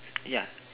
ya